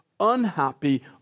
unhappy